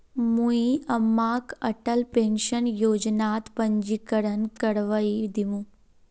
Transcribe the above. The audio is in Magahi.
मुई अम्माक अटल पेंशन योजनात पंजीकरण करवइ दिमु